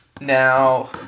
now